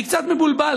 אני קצת מבולבל,